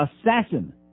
assassin